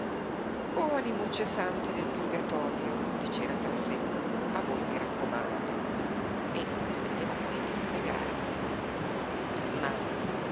o animucce sante del purgatorio diceva tra sé a voi mi raccomando e non smetteva un momento di pregare ma